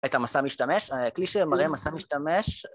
את המסע המשתמש? אה.. כלי שמראה מסע משתמש